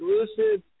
exclusive